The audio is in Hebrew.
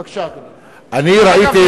בבקשה, אדוני.